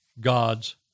God's